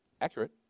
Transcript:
accurate